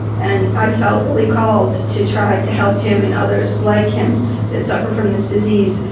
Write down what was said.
and i felt really called to try to help him and others like him that suffer from this disease,